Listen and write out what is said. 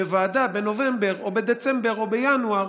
בוועדה בנובמבר או בדצמבר או בינואר,